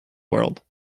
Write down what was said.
world